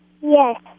Yes